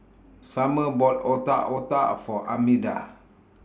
Sumner bought Otak Otak For Armida